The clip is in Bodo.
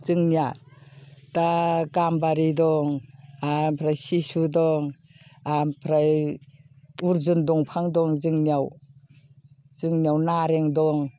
जोंनिया दा गाम्बारि दं ओमफ्राय शिसु दं ओमफ्राय अरजुन दंफां दं जोंनियाव जोंनियाव नारें दं